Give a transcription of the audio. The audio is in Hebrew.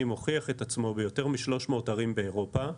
הוכיח את עצמו ביותר מ-300 ערים באירופה.